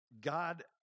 God